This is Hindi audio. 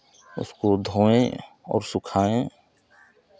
उसको धोएं और सुखाएं